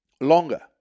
longer